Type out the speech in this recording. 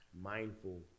mindful